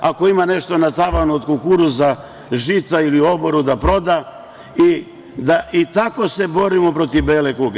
Ako ima nešto na tavanu od kukuruza, žita ili u oboru da proda i tako se borimo protiv bele kuge.